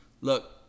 Look